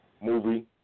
movie